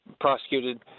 prosecuted